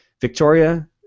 Victoria